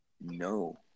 No